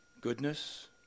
goodness